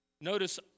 Notice